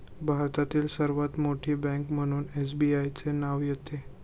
भारतातील सर्वात मोठी बँक म्हणून एसबीआयचे नाव येते